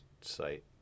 site